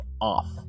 off